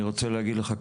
אני רוצה להגיד לך,